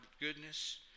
goodness